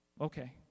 okay